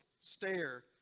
stare